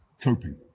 coping